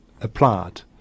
applied